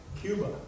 Cuba